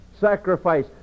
sacrifice